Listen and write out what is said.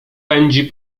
pędzi